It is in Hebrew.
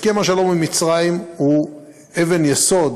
הסכם השלום עם מצרים הוא אבן יסוד